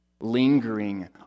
Lingering